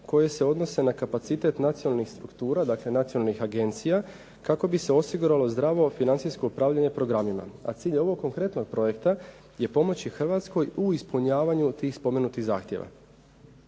koje se odnose na kapacitet nacionalnih struktura, dakle nacionalnih agencija, kako bi se osiguralo zdravo financijsko upravljanje programima. A cilj ovog konkretnog projekta je pomoći Hrvatskoj u ispunjavanju tih spomenutih zahtjeva.